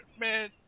Man